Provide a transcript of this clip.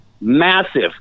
Massive